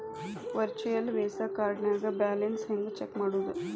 Virtual visa ಕಾರ್ಡ್ನ್ಯಾಗ balance ಹೆಂಗ check ಮಾಡುದು?